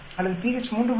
அல்லது pH 3